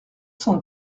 cent